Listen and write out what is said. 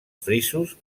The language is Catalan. frisos